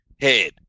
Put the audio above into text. head